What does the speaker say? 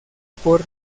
por